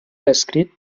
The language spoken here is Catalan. reescrit